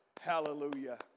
hallelujah